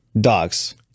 Dogs